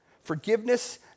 Forgiveness